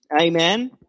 Amen